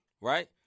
Right